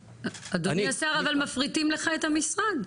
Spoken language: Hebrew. אדוני השר אבל מפריטים לך את המשרד.